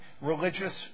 religious